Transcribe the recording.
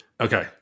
Okay